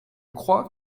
crois